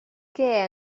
què